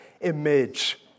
image